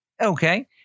Okay